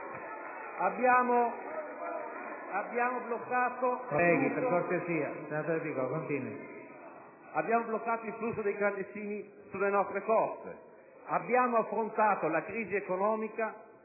Abbiamo bloccato il flusso dei clandestini sulle nostre coste, abbiamo affrontato la crisi economica